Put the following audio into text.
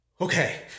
Okay